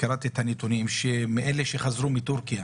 הנתונים: מאלה שחזרו מטורקיה